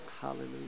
Hallelujah